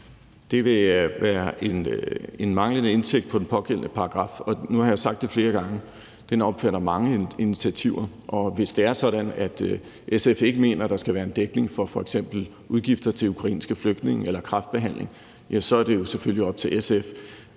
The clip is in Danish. Det vil være en manglende indtægt på den pågældende paragraf, og den omfatter – nu har jeg sagt det flere gange – mange initiativer. Og hvis det er sådan, at SF ikke mener, at der skal være dækning for f.eks. udgifter til ukrainske flygtninge eller kræftbehandling, er det selvfølgelig op til SF.